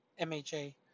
mha